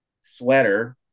sweater